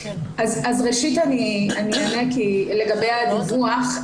ראשית אני אענה לגבי הדיווח.